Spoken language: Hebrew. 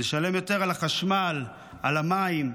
נשלם יותר על החשמל, על המים,